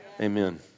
Amen